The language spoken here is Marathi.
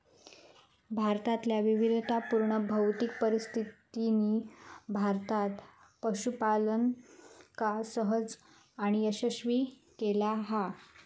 भारतातल्या विविधतापुर्ण भौतिक परिस्थितीनी भारतात पशूपालनका सहज आणि यशस्वी केला हा